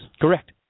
Correct